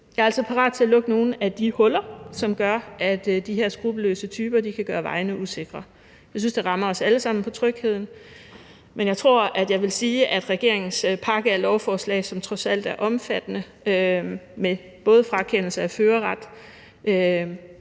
Jeg er altså parat til at lukke nogle af de huller, som gør, at de her skruppelløse typer kan gøre vejene usikre. Jeg synes, at det rammer os alle sammen på trygheden, men jeg tror, at jeg vil sige, at regeringens pakke af lovforslag, som trods alt er omfattende – med både frakendelse af førerretten,